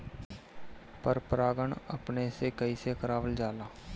पर परागण अपने से कइसे करावल जाला?